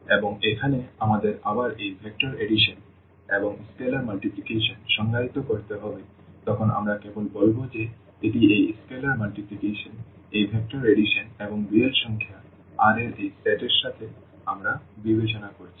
এবং এখানে আমাদের আবার এই ভেক্টর এডিশন এবং স্কেলার মাল্টিপ্লিকেশন সংজ্ঞায়িত করতে হবে তখন আমরা কেবল বলব যে এটি এই স্কেলার মাল্টিপ্লিকেশন এই ভেক্টর এডিশন এবং রিয়েল সংখ্যা R এর এই সেট এর সাথে আমরা বিবেচনা করছি